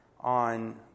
On